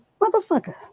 motherfucker